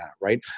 right